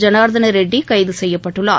ஜனார்தன ரெட்டி கைது செய்யப்பட்டுள்ளார்